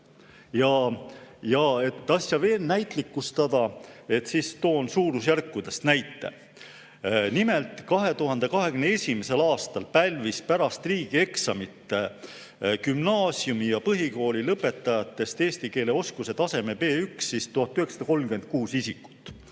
Et asja veel näitlikustada, toon ma näite suurusjärkudest. Nimelt, 2021. aastal pälvis pärast riigieksamit gümnaasiumi ja põhikooli lõpetajatest eesti keele oskuse taseme B1 kokku 1936 isikut.